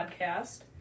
Podcast